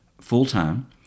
full-time